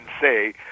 say